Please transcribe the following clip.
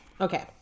Okay